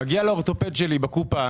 מגיע לאורתופד שלי בקופה,